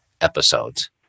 episodes